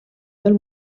del